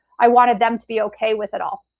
i wanted them to be okay with it all.